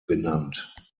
benannt